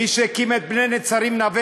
מי שהקים את בני-נצרים, נווה